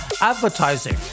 advertising